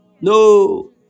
no